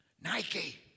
Nike